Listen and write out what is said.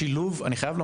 השילוב של